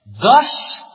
Thus